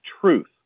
truth